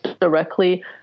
directly